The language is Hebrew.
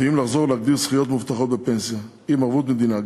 ואם לחזור להגדיר זכויות מובטחות בפנסיה עם ערבות מדינה.